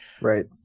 Right